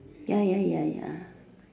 ya ya ya ya